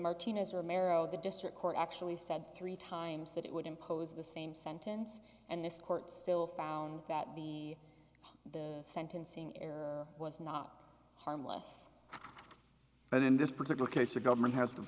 martina's romero the district court actually said three times that it would impose the same sentence and this court still found that the the sentencing error was not harmless and in this particular case the government had t